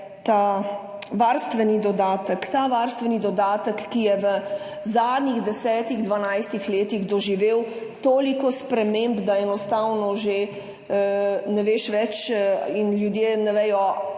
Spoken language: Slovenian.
ta varstveni dodatek, ki je v zadnjih desetih, dvanajstih letih doživel toliko sprememb, da enostavno že ne veš več in ljudje ne vejo